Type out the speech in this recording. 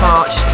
March